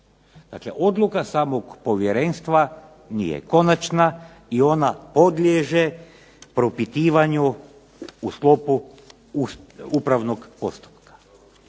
odluka samog povjerenstva nije konačna i ona podliježe propitivanju u sklopu upravnog postupka.